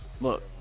Look